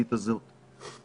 כן,